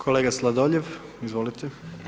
Kolega Sladovljev, izvolite.